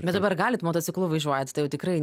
bet dabar galit motociklu važiuojat tai jau tikrai